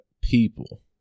people